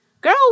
Girl